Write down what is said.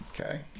Okay